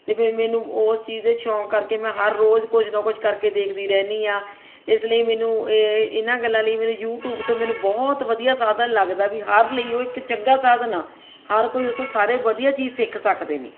ਅਤੇ ਫਿਰ ਮੈਨੂੰ ਉਸ ਚੀਜ਼ ਦੇ ਸ਼ੌਂਕ ਕਰਕੇ ਮੈਂ ਹਰ ਰੋਜ਼ ਕੁਛ ਨਾ ਕੁਛ ਕਰਕੇ ਦੇਖਦੀ ਰਹਿੰਦੀ ਹਾਂ ਇਸ ਲਈ ਮੈਨੂੰ ਇਹ ਇਹਨਾਂ ਗੱਲਾਂ ਲਈ ਮੈਨੂੰ ਯੂਟੂਬ ਤੋਂ ਮੈਨੂੰ ਬਹੁਤ ਵਧੀਆ ਸਾਧਨ ਲੱਗਦਾ ਵੀ ਹਰ ਲਈ ਉਹ ਇੱਕ ਚੰਗਾ ਸਾਧਨ ਆ ਹਰ ਕੋਈ ਉੱਥੋਂ ਸਾਰੇ ਵਧੀਆ ਚੀਜ਼ ਸਿੱਖ ਸਕਦੇ ਨੇ